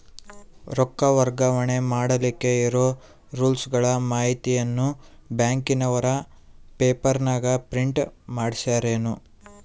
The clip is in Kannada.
ರೊಕ್ಕ ವರ್ಗಾವಣೆ ಮಾಡಿಲಿಕ್ಕೆ ಇರೋ ರೂಲ್ಸುಗಳ ಮಾಹಿತಿಯನ್ನ ಬ್ಯಾಂಕಿನವರು ಪೇಪರನಾಗ ಪ್ರಿಂಟ್ ಮಾಡಿಸ್ಯಾರೇನು?